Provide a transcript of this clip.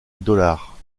dollars